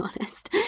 honest